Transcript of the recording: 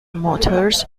motors